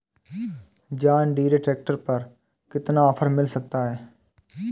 John Deere tractor पर कितना offer मिल सकता है?